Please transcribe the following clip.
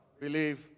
believe